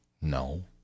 No